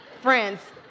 friends